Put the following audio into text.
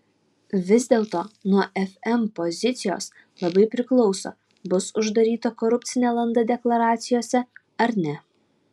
vis dėlto nuo fm pozicijos labai priklauso bus uždaryta korupcinė landa deklaracijose ar ne